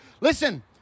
Listen